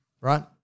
right